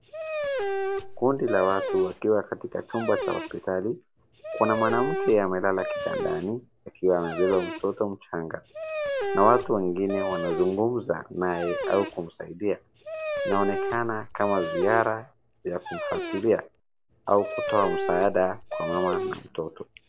Kundi la watu wakiwa katika chumba cha hospitali. Kuna mwanamke amelala kitandani akiwa amebeba mtoto mchanga, na watu wengine wanazungumza naye au kumsaidia. Inaonekana kama ziara ya kumfuatilia au kutoa msaada kwa mama na mtoto.